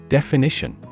Definition